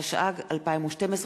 התשע"ג 2012,